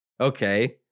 Okay